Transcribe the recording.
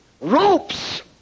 ropes